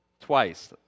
twice